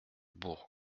bourg